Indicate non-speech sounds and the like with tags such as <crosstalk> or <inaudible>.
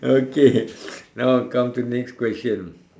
okay <laughs> now come to next question